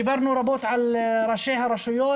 דיברנו רבות על ראשי הרשויות.